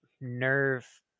nerve